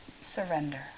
surrender